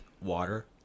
water